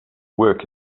work